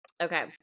okay